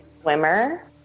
swimmer